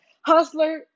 hustler